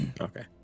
okay